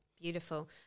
beautiful